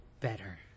better